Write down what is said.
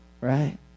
right